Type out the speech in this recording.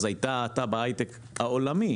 היתה האטה בהייטק העולמי.